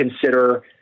consider